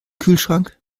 kühlschrank